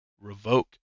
revoke